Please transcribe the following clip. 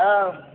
औ